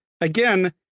again